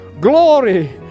glory